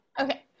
okay